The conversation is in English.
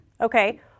Okay